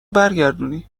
برگردونی